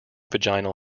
vaginal